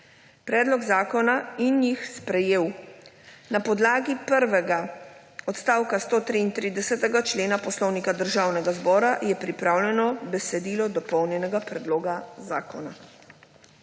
predloga zakona in jih sprejel. Na podlagi prvega odstavka 133. člena Poslovnika Državnega zbora je pripravljeno besedilo dopolnjenega predloga zakona.